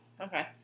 okay